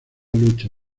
lucha